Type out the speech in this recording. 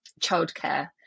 childcare